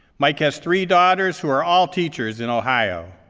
mike has three daughters, who are all teachers in ohio.